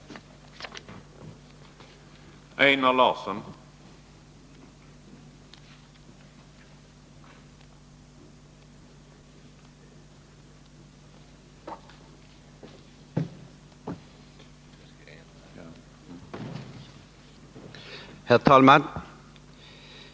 som våra motionskrav, utom i fråga om reservation 1 om markförvärv för